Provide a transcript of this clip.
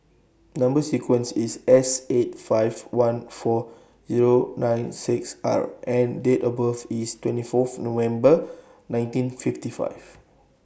Number sequence IS S eight five one four Zero nine six R and Date of birth IS twenty four November nineteen fifty five